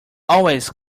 always